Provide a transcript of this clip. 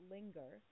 Linger